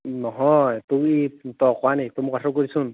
নহয় তোৰ এই তই অকৰা নেকি মই কথাটো কৈ দিছোঁ শুন